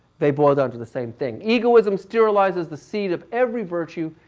they boil down to the same thing. egoism sterilizes the seed of every virtue,